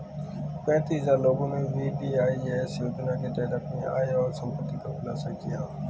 पेंतीस हजार लोगों ने वी.डी.आई.एस योजना के तहत अपनी आय और संपत्ति का खुलासा किया